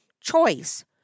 choice